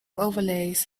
overlays